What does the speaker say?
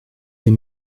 aime